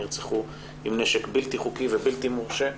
נרצחו עם נשק בלתי-חוקי ובלתי-מורשה,